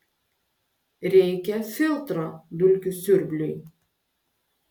reikia filtro dulkių siurbliui